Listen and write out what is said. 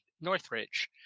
Northridge